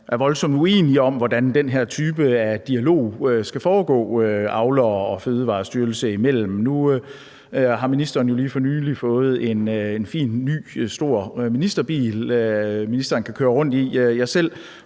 er voldsomt uenige om, hvordan den her type af dialog skal foregå avlere og Fødevarestyrelse imellem. Nu har ministeren jo lige for nylig fået en fin ny, stor ministerbil, ministeren kan køre rundt i. Jeg selv